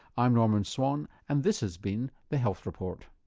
i'm norman swan and this has been the health report.